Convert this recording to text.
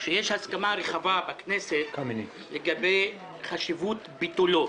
שיש הסכמה רחבה בכנסת לגבי חשיבות ביטולו,